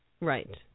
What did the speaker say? Right